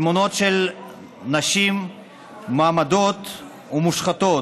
תמונות של נשים מועמדות מושחתות.